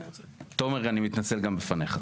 תומר, אני מתנצל גם בפניך.